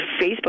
Facebook